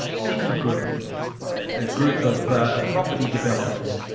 citigroup, a group of ah property developers.